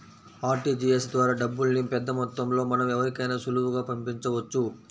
RTGS ద్వారా డబ్బుల్ని పెద్దమొత్తంలో మనం ఎవరికైనా సులువుగా పంపించవచ్చు